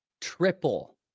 Triple